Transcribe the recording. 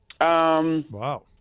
Wow